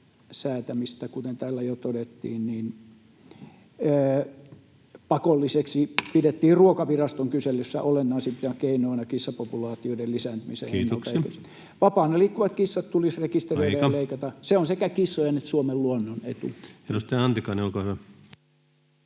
pakolliseksi, kuten täällä jo todettiin, pidettiin Ruokaviraston kyselyssä olennaisimpina keinoina kissapopulaatioiden lisääntymisen [Puhemies: Kiitoksia!] ennaltaehkäisylle. Vapaana liikkuvat kissat tulisi rekisteröidä [Puhemies: Aika!] ja leikata. Se on sekä kissojen että Suomen luonnon etu. Edustaja Antikainen, olkaa hyvä.